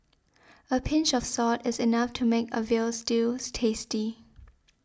a pinch of salt is enough to make a Veal Stews tasty